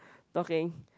talking